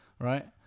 right